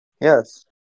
Yes